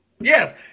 Yes